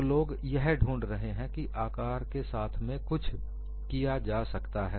तो लोग यह ढूंढ रहे हैं कि आकार के साथ में कुछ किया जा सकता है